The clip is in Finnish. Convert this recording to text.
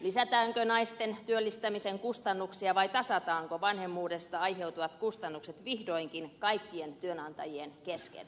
lisätäänkö naisten työllistämisen kustannuksia vai tasataanko vanhemmuudesta aiheutuvat kustannukset vihdoinkin kaikkien työnantajien kesken